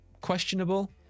questionable